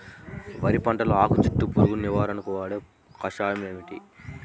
వరి పంటలో ఆకు చుట్టూ పురుగును నివారణకు వాడే కషాయం ఏమిటి?